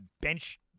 bench